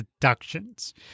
deductions